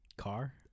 car